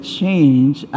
change